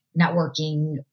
networking